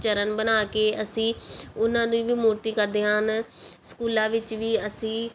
ਚਰਨ ਬਣਾ ਕੇ ਅਸੀਂ ਉਹਨਾਂ ਦੀ ਵੀ ਮੂਰਤੀ ਕਰਦੇ ਹਨ ਸਕੂਲਾਂ ਵਿੱਚ ਵੀ ਅਸੀਂ